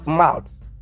mouths